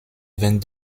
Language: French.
vingt